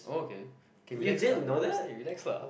oh okay K relax lah relax then you relax lah